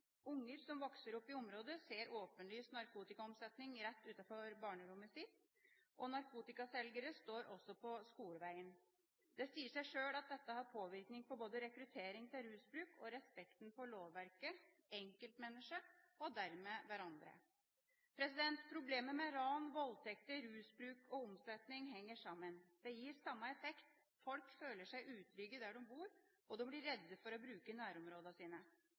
Unger som vokser opp i området, ser åpenlys narkotikaomsetning rett utenfor barnerommet sitt, og narkotikaselgere står også på skoleveien. Det sier seg sjøl at dette har påvirkning på rekrutteringen til rusmiddelmisbruk og med hensyn til respekten for lovverket, enkeltmennesket og dermed hverandre. Problemet med ran, voldtekter, rusmiddelmisbruk og omsetning henger sammen. Det gir samme effekt: Folk føler seg utrygge der de bor, og de blir redde for å bruke nærområdene sine.